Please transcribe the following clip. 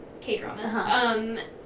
K-dramas